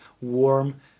warm